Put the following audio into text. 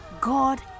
God